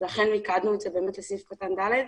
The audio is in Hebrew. ואכן מיקדנו את זה בסעיף קטן (ד)